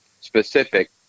specific